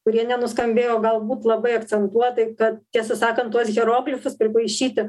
kurie nenuskambėjo galbūt labai akcentuotai kad tiesą sakant tuos hieroglifus pripaišyti